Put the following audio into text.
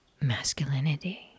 masculinity